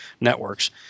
networks